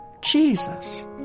Jesus